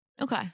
Okay